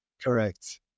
Correct